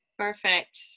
Perfect